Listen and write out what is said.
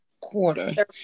quarter